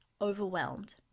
overwhelmed